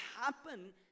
happen